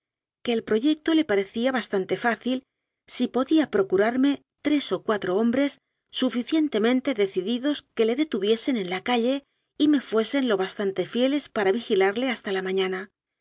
que el proyecto le parecía bastan te fácil si podía procurarme tres o cuatro hombres suficientemente decididas que le detuviesen en la calle y me fuesen lo bastante fieles para vigilarle hasta la mañana